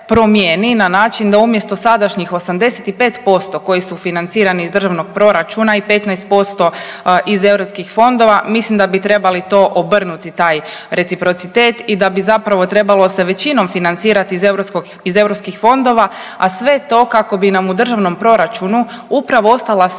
na način da umjesto sadašnjih 85% koji su financirani iz državnog proračuna i 15% iz eu fondova mislim da bi trebali to obrnuti taj reciprocitet i da bi zapravo trebalo se većinom financirati iz eu fondova, a sve to kako bi nam u državnom proračunu upravo ostala sredstva